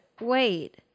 wait